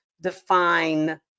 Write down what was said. define